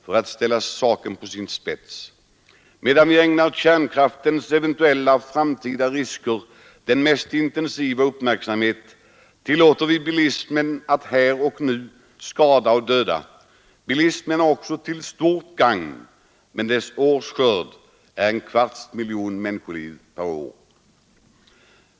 För att ställa saken på sin spets: Medan vi ägnar kärnkraftens eventuella, framtida risker den mest intensiva uppmärksamhet tillåter vi bilismen att här och nu skada och döda. Bilismen är också till stort gagn men dess årsskörd är en kvarts miljon människoliv per år.